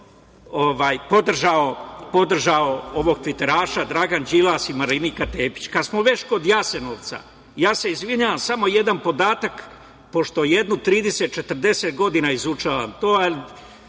podržao Dragan Đilas i Marinika Tepić?!Kad smo već kod Jasenovca, ja se izvinjavam, samo jedan podatak pošto jedno 30-40 godina izučavam to,